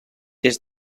des